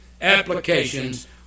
applications